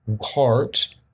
heart